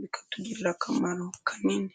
bikatugirira akamaro kanini.